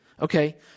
okay